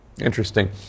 Interesting